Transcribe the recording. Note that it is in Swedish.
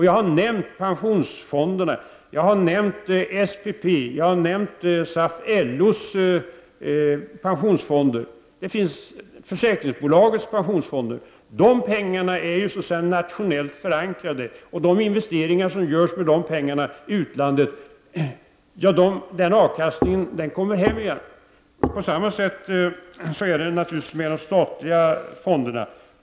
Jag har nämnt pensionsfonderna, SPP och SAF-LOSs pensionsfonder. Det finns även försäkringsbo lags pensionsfonder. De pengarna är så att säga nationellt förankrade, och avkastningen på det kapital i dessa fonder som satsas i utlandet kommer Sverige till godo. Det är naturligtvis på samma sätt med de statliga fonderna.